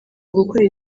gukorera